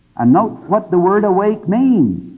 and note what the word awake means.